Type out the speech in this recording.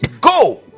Go